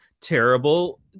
terrible